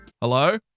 Hello